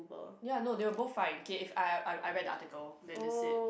ya I know they were both fined okay if I I I read the article then they said